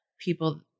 people